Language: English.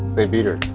they beat her?